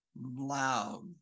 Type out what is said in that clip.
loud